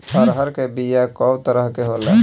अरहर के बिया कौ तरह के होला?